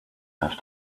have